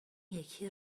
یکی